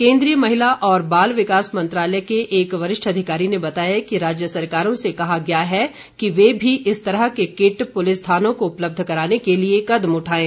केन्द्रीय महिला और बाल विकास मंत्रालय के एक वरिष्ठ अधिकारी ने बताया कि राज्य सरकारों से कहा गया है कि वे भी इस तरह के किट पुलिस थानों को उपलब्ध कराने के लिए कदम उठाएं